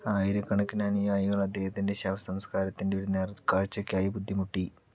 ആയിരക്കണക്കിന് അനുയായികൾ അദ്ദേഹത്തിൻ്റെ ശവസംസ്കാരത്തിൻ്റെ ഒരു നേർക്കാഴ്ചയ്ക്കായി ബുദ്ധിമുട്ടി